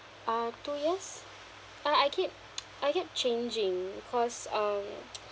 uh two years uh I kept I kept changing because um